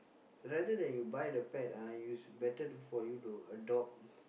rather than you buy the pet ah you better for you to adopt